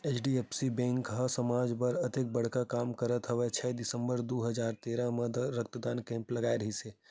HDFC bank ह समाज बर अतेक बड़का काम करत होय छै दिसंबर दू हजार तेरा म रक्तदान कैम्प लगाय रिहिस हे